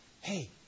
Hey